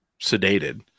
sedated